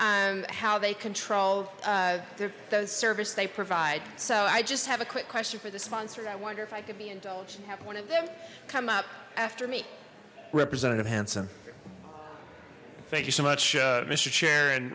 of how they control the service they provide so i just have a quick question for the sponsor i wonder if i could be indulge and have one of them come up after me representative hansen thank you so much mister chair and